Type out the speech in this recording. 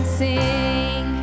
sing